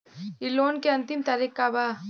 इ लोन के अन्तिम तारीख का बा?